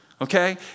okay